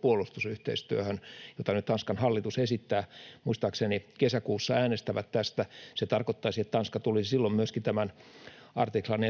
puolustusyhteistyöhön, mitä nyt Tanskan hallitus esittää. Muistaakseni kesäkuussa äänestävät tästä. Se tarkoittaisi, että Tanska tulisi silloin myöskin tämän artiklan 42.7